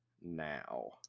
now